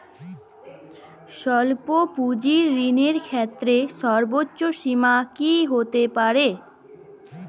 স্বল্প পুঁজির ঋণের ক্ষেত্রে সর্ব্বোচ্চ সীমা কী হতে পারে?